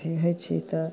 अथी होइ छी तऽ